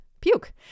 puke